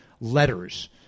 letters